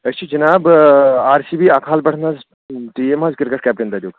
أسۍ چھِ جناب آر سی بی اَکھ ہال پٮ۪ٹھ حظ ٹیٖم حظ کِرکٹ کٮ۪پٹَن تَتیُک